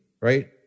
right